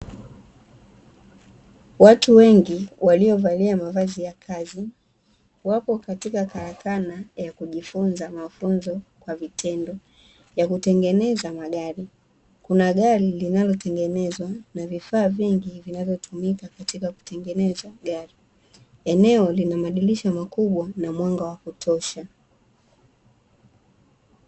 Watu wengi waliovalia mavazi ya kazi wapo katika karakana ya kujifunza mafunzo kwa vitendo ya kutengeneza magari, kuna gari linalotengenezwa na vifaa vingi vinavyotumika katika kutengeneza gari. Eneo lina madirisha makubwa na mwanga wa kutosha.